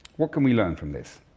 what can we learn from this?